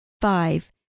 five